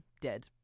dead